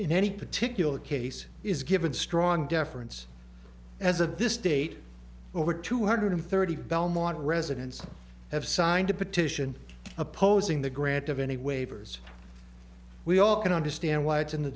in any particular case is given strong deference as of this date over two hundred thirty belmont residents have signed a petition opposing the grant of any waivers we all can understand why it's in the